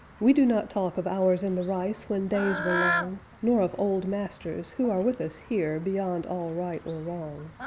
we do not talk of hours in the rice when days were long, nor of old masters who are with us here beyond all right or wrong.